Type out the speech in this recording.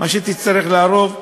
מה שתצטרך לערוב,